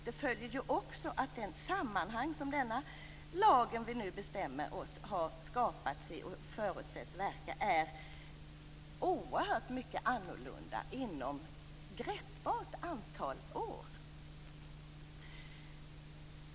Det följer också att det sammanhang som den lag vi nu bestämmer om har skapats i och som den förutsätts verka i är oerhört mycket annorlunda under ett greppbart antal år.